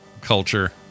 culture